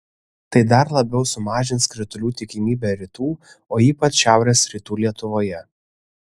tai dar labiau sumažins kritulių tikimybę rytų o ypač šiaurės rytų lietuvoje